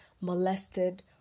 molested